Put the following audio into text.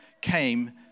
came